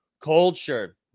Culture